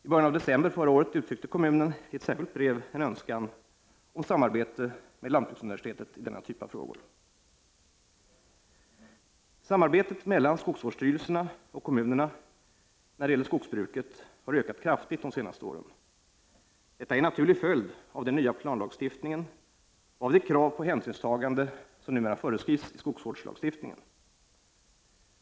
I början av december förra året uttryckte kommunen i ett särskilt brev en önskan om samarbete med lantbruksuniversitetet i denna typ av frågor. Samarbetet mellan skogsvårdsstyrelserna och kommunerna när det gäller skogsbruket har ökat kraftigt de senaste åren. Detta är en naturlig följd av den nya planlagstiftningen och av det krav på hänsynstagande som numera föreskrivs i skogsvårdslagstiftningen.